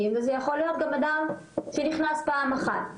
וזה יכול להיות גם אדם שנכנס פעם אחת,